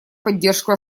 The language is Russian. поддержку